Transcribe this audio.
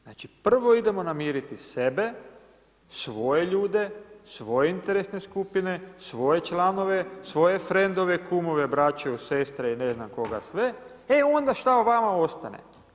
Znači prvo idemo namiriti sebe svoje ljude, svoje interesne skupine, svoje članove, svoje frendove, kumove, braću il sestre i ne ne znam koga sve, e onda šta vama ostane.